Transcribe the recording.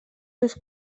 los